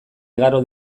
igaro